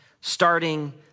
starting